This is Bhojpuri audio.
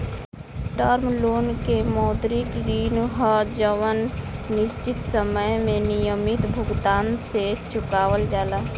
टर्म लोन के मौद्रिक ऋण ह जवन निश्चित समय में नियमित भुगतान से चुकावल जाला